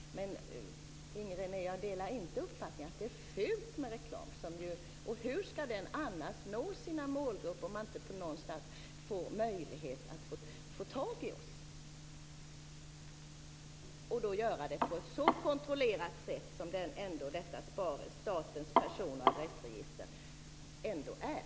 Men jag delar inte Inger Renés uppfattning att det är fult med reklam. Hur skall den nå sina målgrupper om man inte någonstans får möjlighet att få tag i oss, och då på ett så kontrollerat sätt som statens person och adressregister ändå är?